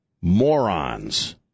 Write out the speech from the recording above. morons